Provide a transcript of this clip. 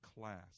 class